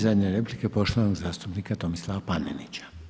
I zadnja replika poštovanog zastupnika Tomislava Panenića.